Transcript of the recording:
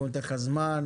אנחנו ניתן לך זמן,